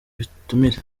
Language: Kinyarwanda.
ubutumire